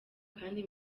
kandi